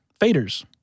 faders